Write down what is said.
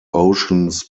oceans